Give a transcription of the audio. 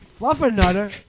Fluffernutter